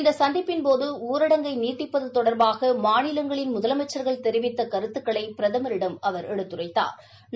இந்த சந்திப்பின்போது ஊரடங்கை நீட்டிப்பது தொடர்பாக மாநிலங்களின் முதலமைச்சர்கள் தெரிவித்த கருத்துக்களை பிரதமரிடம் எடுத்துரைத்தாா்